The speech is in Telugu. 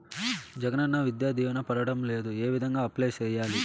జగనన్న విద్యా దీవెన పడడం లేదు ఏ విధంగా అప్లై సేయాలి